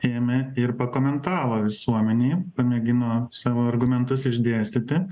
ėmė ir pakomentavo visuomenei pamėgino savo argumentus išdėstyti